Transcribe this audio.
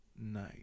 night